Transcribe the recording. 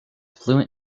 fluent